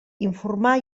informar